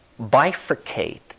bifurcate